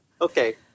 okay